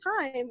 time